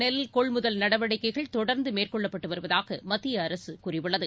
நெல் கொள்முதல் நடவடிக்கைகள் நாடுமுவதும் தொடர்ந்தமேற்கொள்ளப்பட்டுவருவதாகமத்தியஅரசுகூறியுள்ளது